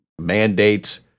mandates